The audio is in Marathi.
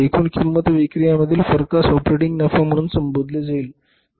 एकूण किंमत व विक्री यामधील फरकास ऑपरेटिंग नफा म्हणून संबोधले जाईल